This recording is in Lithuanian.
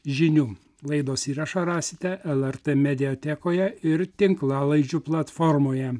žinių laidos įrašą rasite lrt mediatekoje ir tinklalaidžių platformoje